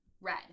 red